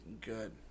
good